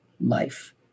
life